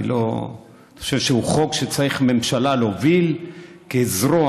אני חושב שזה חוק שצריכה הממשלה להוביל כזרוע